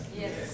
Yes